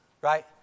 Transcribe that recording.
right